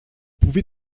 pouvez